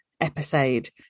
episode